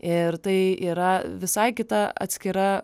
ir tai yra visai kita atskira